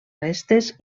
restes